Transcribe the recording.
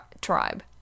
tribe